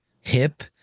hip